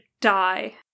die